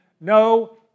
no